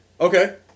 Okay